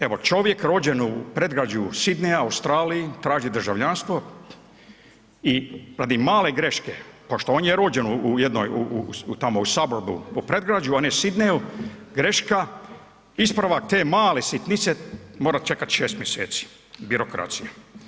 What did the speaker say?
Evo, čovjek rođen u predgrađu Sydneyja u Australiji traži državljanstvo i radi male greške, pošto on je rođen u jednoj, u tamo u Sabordu u predgrađu, a ne Sydneyju, greška, ispravak te male sitnice mora čekat 6 mjeseci, birokracija.